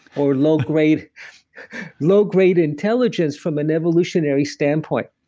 or low grade low grade intelligence from an evolutionary standpoint.